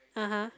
(uh huh)